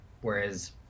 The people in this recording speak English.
Whereas